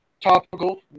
Topical